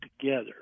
together